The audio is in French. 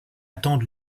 attendent